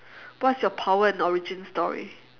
what's your power and origin story